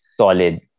solid